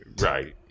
Right